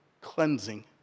cleansing